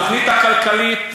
התוכנית הכלכלית,